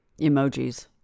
Emojis